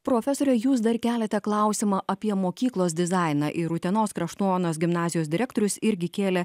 profesore jūs dar keliate klausimą apie mokyklos dizainą ir utenos kraštuonos gimnazijos direktorius irgi kėlė